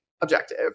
objective